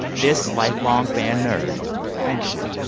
this lifelong band nerd thanks you